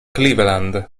cleveland